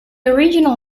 original